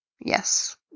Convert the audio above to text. Yes